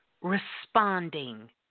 responding